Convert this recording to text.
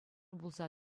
пулса